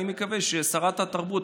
אני מקווה ששרת התרבות,